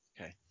Okay